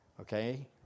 Okay